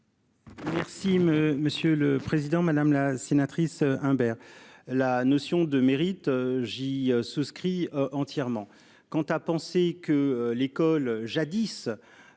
Merci monsieur le président, madame la sénatrice Imbert. La notion de mérite j'y souscris entièrement quant à penser que l'école jadis.